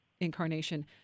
incarnation